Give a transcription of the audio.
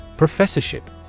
Professorship